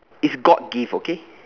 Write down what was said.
it's god give okay